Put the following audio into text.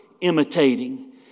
imitating